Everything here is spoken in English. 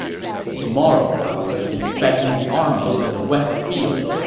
tomorrow i will be inspecting the army in the west field.